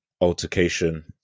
altercation